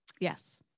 yes